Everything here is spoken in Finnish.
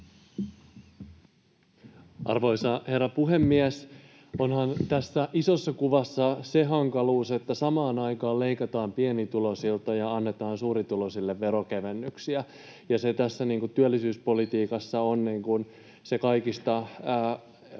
Arvoisa herra puhemies! Onhan tässä isossa kuvassa se hankaluus, että samaan aikaan leikataan pienituloisilta ja annetaan suurituloisille veronkevennyksiä — se tässä työllisyyspolitiikassa on kaikista huonoin asia.